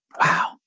Wow